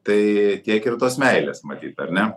tai kiek ir tos meilės matyt ar ne